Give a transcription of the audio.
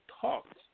talked